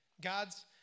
God's